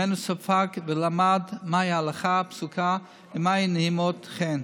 ממנו ספג ולמד מהי הלכה פסוקה ומהי נעימות חן.